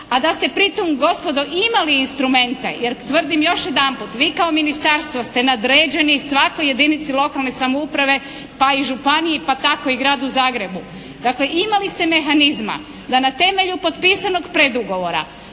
a da ste pri tom gospodo imali instrumente, jer tvrdim još jedanput vi kao ministarstvo ste nadređeni svakoj jedinici lokalne samouprave pa i županiji, pa tako i Gradu Zagrebu. Dakle, imali ste mehanizma da na temelju potpisanog predugovora